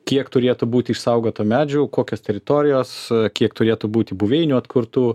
kiek turėtų būti išsaugota medžių kokios teritorijos kiek turėtų būti buveinių atkurtų